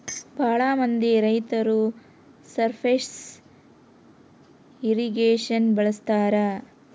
ಭಾಳ ಮಂದಿ ರೈತರು ಸರ್ಫೇಸ್ ಇರ್ರಿಗೇಷನ್ ಬಳಸ್ತರ